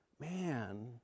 man